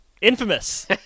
infamous